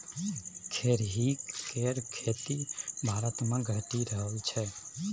खेरही केर खेती भारतमे घटि रहल छै